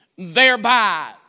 Thereby